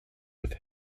with